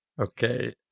Okay